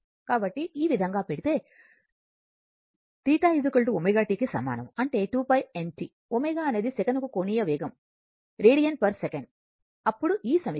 కాబట్టి ఈ విధంగా పెడితే θ ω t కి సమానం అంటే 2 π n t అనేది సెకనుకు కోణీయ వేగం రేడియన్సెకన్ అప్పుడు ఈ సమీకరణం